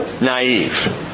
naive